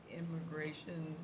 immigration